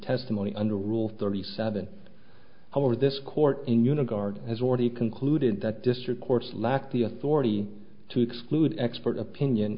testimony under rule thirty seven however this court in unit guard has already concluded that district courts lack the authority to exclude expert opinion